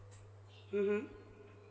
mmhmm